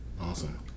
Awesome